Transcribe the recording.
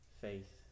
faith